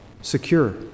secure